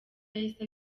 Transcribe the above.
yahise